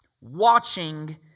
watching